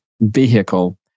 vehicle